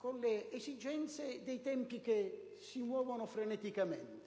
alle esigenze dei tempi, che si muovono freneticamente.